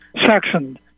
Saxon